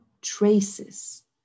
traces